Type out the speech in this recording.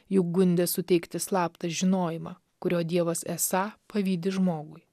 juk gundė suteikti slaptą žinojimą kurio dievas esą pavydi žmogui